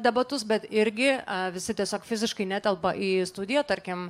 debatus bet irgi visi tiesiog fiziškai netelpa į studiją tarkim